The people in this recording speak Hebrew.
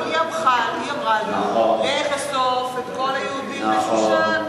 אבל היא אמרה לו: לך אסוף את כל היהודים בשושן.